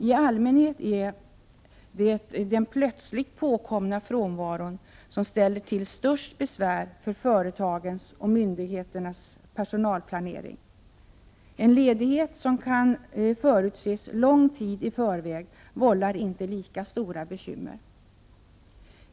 I allmänhet är det den plötsligt påkomna frånvaron som ställer till störst besvär för företagens och myndigheternas personalplanering. En ledighet som kan förutses lång tid i förväg vållar inte lika stora bekymmer.